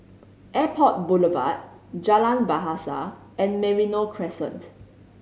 Airport Boulevard Jalan Bahasa and Merino Crescent